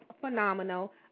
phenomenal